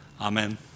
Amen